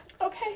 Okay